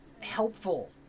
helpful